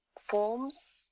forms